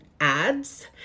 ads